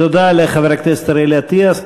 תודה לחבר הכנסת אריאל אטיאס.